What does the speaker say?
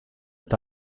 est